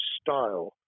style